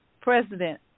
president